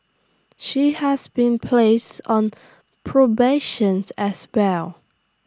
she has been place on probations as well